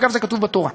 אגב, זה כתוב בתורה,